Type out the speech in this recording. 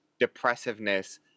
depressiveness